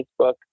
facebook